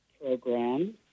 program